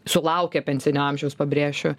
sulaukę pensinio amžiaus pabrėšiu